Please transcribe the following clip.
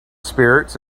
spirits